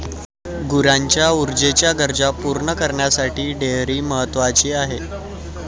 गुरांच्या ऊर्जेच्या गरजा पूर्ण करण्यासाठी डेअरी महत्वाची आहे